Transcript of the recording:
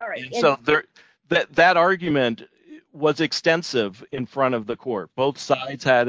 all right so there that argument was extensive in front of the court both sides had